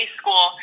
school